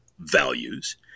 values